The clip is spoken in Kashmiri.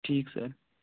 ٹھیٖک سر